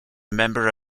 member